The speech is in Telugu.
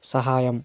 సహాయం